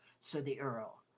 said the earl.